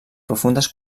profundes